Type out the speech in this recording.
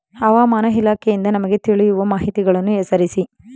ಹವಾಮಾನ ಇಲಾಖೆಯಿಂದ ನಮಗೆ ತಿಳಿಯುವ ಮಾಹಿತಿಗಳನ್ನು ಹೆಸರಿಸಿ?